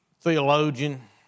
theologian